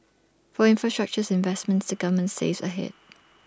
for infrastructure investments the government saves ahead